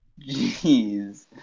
Jeez